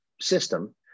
system